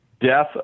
death